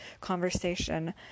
conversation